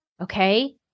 Okay